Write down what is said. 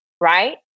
right